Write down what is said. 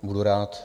Budu rád.